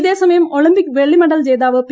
ഇതേസമയം ഒളിമ്പിക് വെള്ളി മെഡൽ ജേതാവ് പി